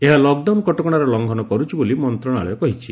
ଏହା ଲକ୍ଡାଉନ କଟକଣାର ଲଂଘନ କରୁଛି ବୋଲି ମନ୍ତ୍ରଣାଳୟ କହିଛି